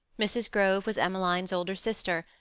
mrs. grove was emmeline's elder sister,